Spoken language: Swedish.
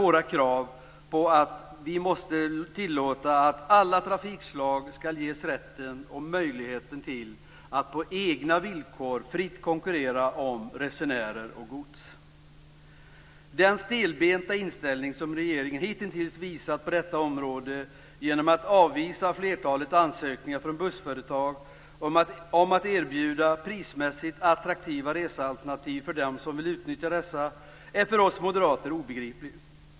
Jag vill understryka våra krav på att alla trafikslag skall ges rätten och möjligheten att på egna villkor fritt konkurrera om resenärer och gods. Den stelbenta inställning som regeringen hittills visat på detta område genom att avvisa flertalet ansökningar från bussföretag som erbjuder prismässigt attraktiva resealternativ för dem som vill utnyttja dessa är för oss moderater obegriplig.